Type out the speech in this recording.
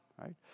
right